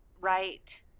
right